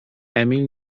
emil